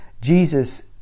Jesus